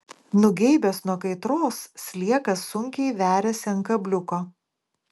nugeibęs nuo kaitros sliekas sunkiai veriasi ant kabliuko